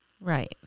Right